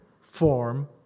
form